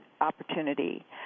opportunity